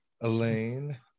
Elaine